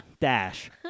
dash